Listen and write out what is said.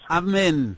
amen